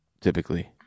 typically